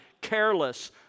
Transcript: careless